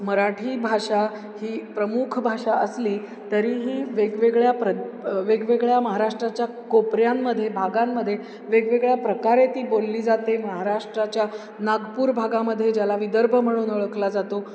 मराठी भाषा ही प्रमुख भाषा असली तरीही वेगवेगळ्या प्र वेगवेगळ्या महाराष्ट्राच्या कोपऱ्यांमध्ये भागांमध्ये वेगवेगळ्या प्रकारे ती बोलली जाते महाराष्ट्राच्या नागपूर भागामध्ये ज्याला विदर्भ म्हणून ओळखला जातो